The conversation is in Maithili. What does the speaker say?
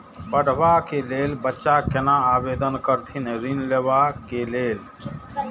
पढ़वा कै लैल बच्चा कैना आवेदन करथिन ऋण लेवा के लेल?